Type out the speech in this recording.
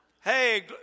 Hey